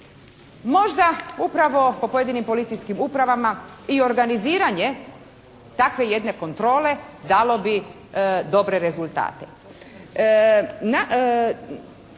Možda, upravo po pojedinim Policijskim upravama i organiziranje takve jedne kontrole dalo bi dobre rezultate.